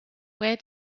where